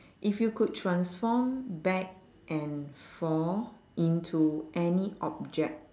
if you could transform back and forth into any object